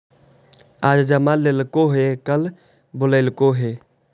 आज जमा लेलको कल बोलैलको हे?